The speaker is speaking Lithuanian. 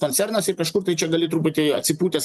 koncernas ir kažkur tai čia gali truputį atsipūtęs